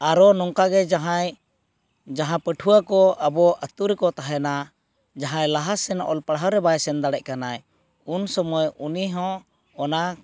ᱟᱨᱚ ᱱᱚᱝᱠᱟᱜᱮ ᱡᱟᱦᱟᱸᱭ ᱡᱟᱦᱟᱸ ᱯᱟᱹᱴᱷᱩᱣᱟᱹ ᱠᱚ ᱟᱵᱚ ᱟᱛᱩ ᱨᱮᱠᱚ ᱛᱟᱦᱮᱱᱟ ᱡᱟᱦᱟᱸᱭ ᱞᱟᱦᱟᱥᱮᱱ ᱚᱞ ᱯᱟᱲᱦᱟᱣᱨᱮ ᱵᱟᱭ ᱥᱮᱱ ᱫᱟᱲᱮᱭᱟᱜ ᱠᱟᱱᱟᱭ ᱩᱱᱥᱚᱢᱚᱭ ᱩᱱᱤ ᱦᱚᱸ ᱚᱱᱟ